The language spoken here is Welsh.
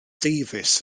davies